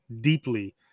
deeply